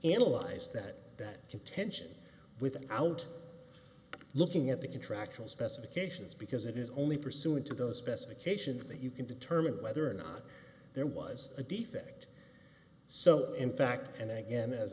analyze that that contention without looking at the contractual specifications because it is only pursuant to those specifications that you can determine whether or not there was a defect so in fact and again as